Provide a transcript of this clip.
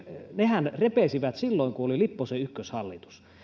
nehän repesivät silloin kun oli lipposen ykköshallitus